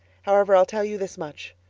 however, i'll tell you this much.